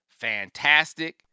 fantastic